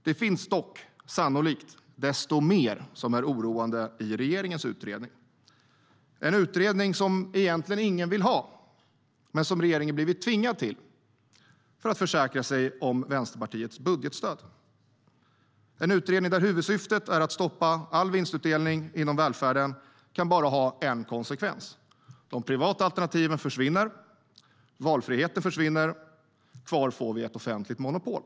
Det finns dock sannolikt desto mer som är oroande i regeringens utredning, en utredning som egentligen ingen vill ha men som regeringen blivit tvingad till för att försäkra sig om Vänsterpartiets budgetstöd. En utredning vars huvudsyfte är att stoppa all vinstutdelning inom välfärden kan bara ha en konsekvens. De privata alternativen försvinner, valfriheten försvinner. Kvar får vi ett offentligt monopol.